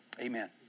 Amen